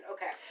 Okay